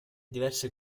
diverse